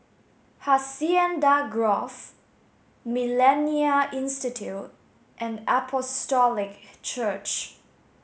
Hacienda Grove Millennia Institute and Apostolic Church